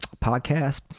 podcast